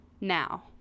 now